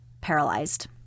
paralyzed